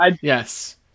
Yes